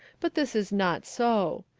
but this is not so.